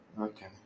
okay